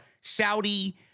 Saudi